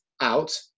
out